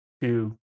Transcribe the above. two